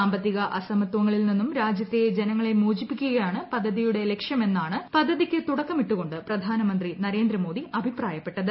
സാമ്പത്തിക അസമത്വങ്ങളിൽ നിന്നും രാജ്യത്തെ ജനങ്ങളെ മോചിപ്പിക്കുകയാണ് പദ്ധതിയുടെ ലക്ഷ്യമെന്നാണ് പദ്ധതിക്ക് തുടക്കമിട്ടുകൊണ്ട് പ്രധാനമന്ത്രി നരേന്ദ്രമോദി അഭിപ്രായപ്പെട്ടത്